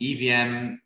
EVM